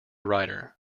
writer